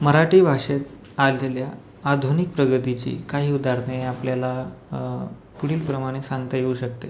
मराठी भाषेत आधल्या आधुनिक प्रगतीची काही उदाहरणे आपल्याला पुढीलप्रमाणे सांगता येऊ शकते